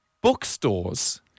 Bookstores